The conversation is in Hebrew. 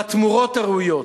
והתמורות הראויות.